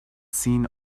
seen